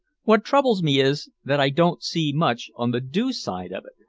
what troubles me is, that i don't see much on the do side of it.